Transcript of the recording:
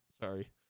sorry